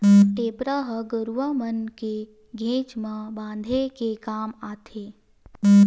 टेपरा ह गरुवा मन के घेंच म बांधे के काम आथे